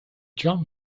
john